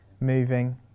Moving